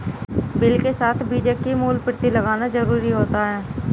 bill के साथ बीजक की मूल प्रति लगाना जरुरी होता है